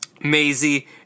Maisie